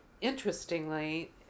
interestingly